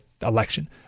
election